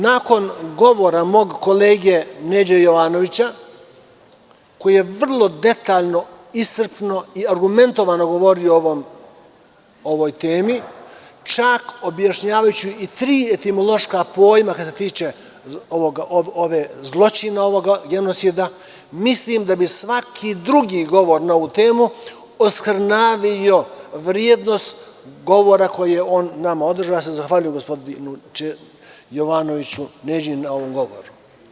Nakon govora mog kolege Neđe Jovanovića, koji je vrlo detaljno, iscrpno i argumentovano govorio o ovoj temi, čak objašnjavajući i tri etimološka pojma kada se tiče ovog zločina i genocida, mislim da bi svaki drugi govor na ovu temu oskrnavio vrednost govora koji je on nama održao i ja se zahvaljujem gospodinu Neđi Jovanoviću na ovom govoru.